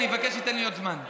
אני מבקש שתיתן לי עוד זמן.